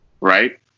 right